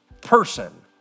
person